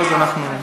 ואז אנחנו,